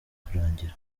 kurangira